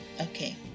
Okay